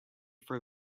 for